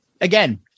Again